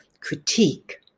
critique